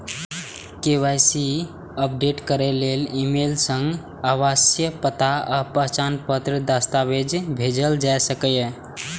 KYC update करै लेल email सं आवासीय पता आ पहचान पत्रक दस्तावेज भेजल जा सकैए